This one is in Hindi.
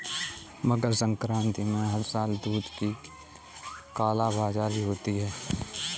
मकर संक्रांति में हर साल दूध की कालाबाजारी होती है